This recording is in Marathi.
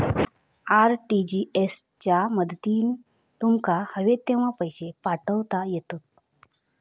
आर.टी.जी.एस च्या मदतीन तुमका हवे तेव्हा पैशे पाठवता येतत